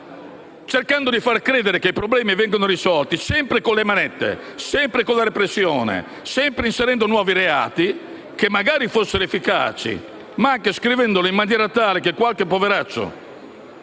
cercando di far credere che i problemi vengano risolti sempre con le manette, con la repressione e inserendo nuovi reati. E magari fossero efficaci! Mentre la norma è scritta in maniera tale che qualche poveraccio,